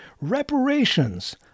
reparations—